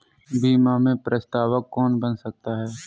बीमा में प्रस्तावक कौन बन सकता है?